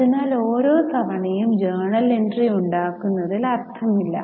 അതിനാൽ ഓരോ തവണയും ജേണൽ എൻട്രി ഉണ്ടാക്കുന്നതിൽ അർത്ഥമില്ല